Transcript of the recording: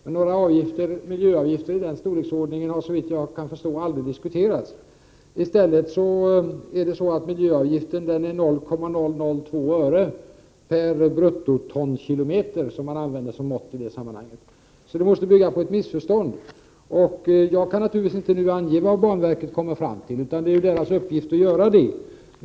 Men några miljöavgifter i den storleksordningen har såvitt jag kan förstå aldrig diskuterats. I stället är miljöavgiften 0,002 öre per bruttotonkilometer, som man använder som mått i det sammanhanget. Frågan måste alltså bygga på ett missförstånd. Jag kan naturligtvis inte nu ange vad banverket kommer fram till, utan det är banverkets uppgift att lägga fram förslag.